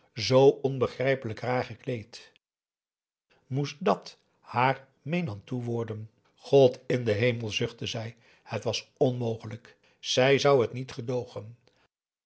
zoo onbegrijpelijk raar gekleed moest dàt haar menantoe worden god in den hemel zuchtte zij het was onmogelijk zij zou het niet gedoogen